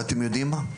ואתם יודעים מה?